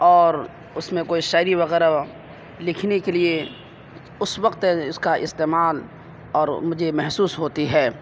اور اس میں کوئی شاعری وغیرہ لکھنے کے لیے اس وقت اس کا استعمال اور مجھے محسوس ہوتی ہے